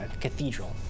cathedral